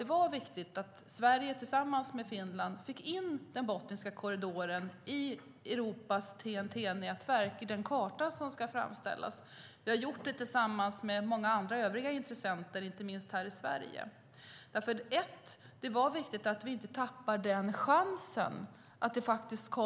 Det var viktigt att Sverige tillsammans med Finland fick in Botniska korridoren på den karta som ska framställas för Europas TEN-T-nätverk. Vi har gjort det tillsammans med andra intressenter, inte minst här i Sverige. Först och främst var det viktigt att vi inte tappade den chansen att få